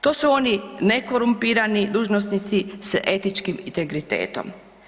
To su oni nekorumpirani dužnosnici s etičkim integritetom.